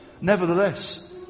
Nevertheless